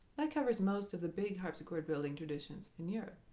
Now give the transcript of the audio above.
that covers most of the big harpsichord building traditions in europe,